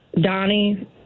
Donnie